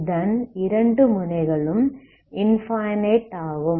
இதன் இரண்டு முனைகளும் இன்ஃபனைட் ஆகும்